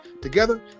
Together